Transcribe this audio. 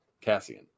Cassian